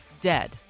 dead